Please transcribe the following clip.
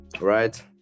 Right